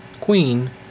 Queen